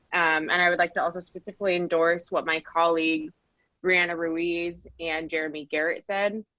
um and i would like to also specifically endorse what my colleagues rana ruiz and jeremy garrett said